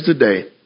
today